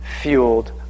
fueled